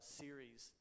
series